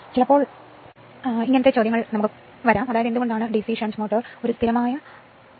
ചിലപ്പോൾ അവർ ഈ ചോദ്യങ്ങൾ ചോദിക്കുന്നു എന്തുകൊണ്ടാണ് ഡിസി ഷണ്ട് മോട്ടോർ ഒരു സ്ഥിരമായ സ്പീഡ് മോട്ടോർ